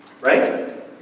Right